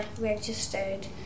registered